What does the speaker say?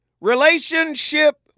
Relationship